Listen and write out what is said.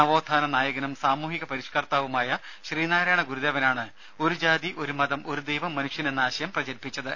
നവോത്ഥാന നായകനും സാമൂഹിക പരിഷ്കർത്താവുമായ ശ്രീനാരായണ ഗുരുദേവനാണ് ഒരു ജാതി ഒരു മതം ഒരു ദൈവം മനുഷ്യന് എന്ന ആശയം പ്രചരിപ്പിച്ചത്